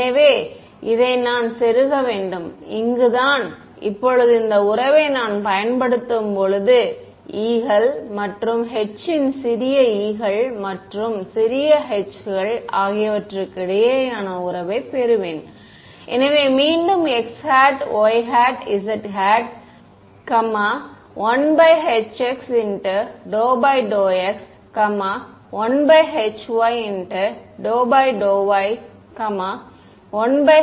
எனவே இதை நான் செருக வேண்டும் இங்குதான் இப்போது இந்த உறவை நான் பயன்படுத்தும் போது e 'கள் மற்றும் h இன் சிறிய e' கள் மற்றும் சிறிய h 'கள் ஆகியவற்றுக்கு இடையேயான உறவைப் பெறுவேன் எனவே மீண்டும் x y z ∂∂x ∂∂y ∂∂z